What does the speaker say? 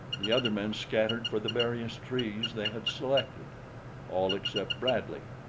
the other men scattered for the various trees they had selected all except bradley.